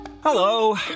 Hello